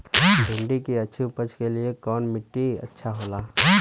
भिंडी की अच्छी उपज के लिए कवन मिट्टी अच्छा होला?